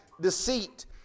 deceit